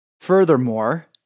furthermore